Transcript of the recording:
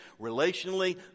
relationally